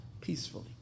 Peacefully